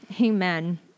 Amen